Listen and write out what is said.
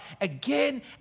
again